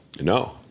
No